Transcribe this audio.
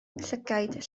llygaid